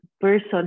person